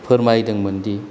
फोरमायदोंमोन दि